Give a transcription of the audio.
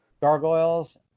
Gargoyles